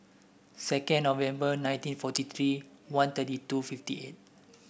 second November nineteen forty three one thirty two fifty eight